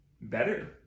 better